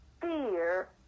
fear